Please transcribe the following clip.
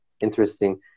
interesting